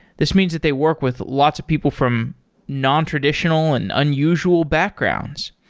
this means that they work with lots of people from nontraditional and unusual backgrounds.